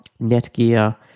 Netgear